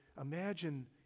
imagine